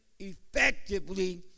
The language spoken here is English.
effectively